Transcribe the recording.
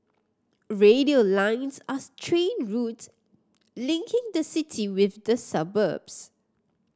radial lines are train routes linking the city with the suburbs